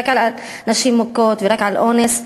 רק על נשים מוכות ורק על אונס,